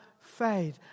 fade